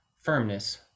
firmness